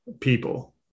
people